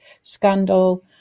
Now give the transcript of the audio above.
scandal